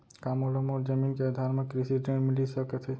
का मोला मोर जमीन के आधार म कृषि ऋण मिलिस सकत हे?